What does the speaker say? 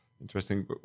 interesting